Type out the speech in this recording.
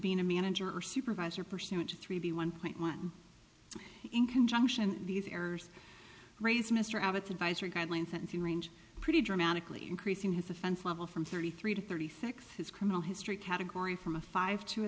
being a manager or supervisor pursuant to three b one point one in conjunction these errors raise mr abbott's advisory guideline sentencing range pretty dramatically increasing his offense level from thirty three to thirty six his criminal history category from a five to